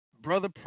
brother